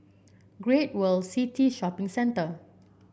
Great World City Shopping Centre